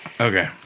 Okay